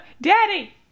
Daddy